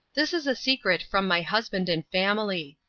this is a secret from my husband and family.